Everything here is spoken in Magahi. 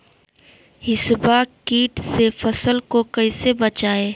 हिसबा किट से फसल को कैसे बचाए?